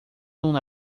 una